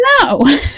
no